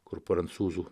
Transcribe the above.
kur prancūzų